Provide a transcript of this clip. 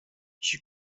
she